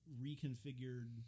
reconfigured